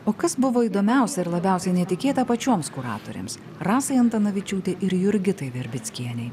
o kas buvo įdomiausia ir labiausiai netikėta pačioms kuratorėms rasai antanavičiūtei ir jurgitai verbickienei